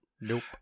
nope